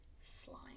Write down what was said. slime